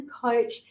coach